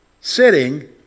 sitting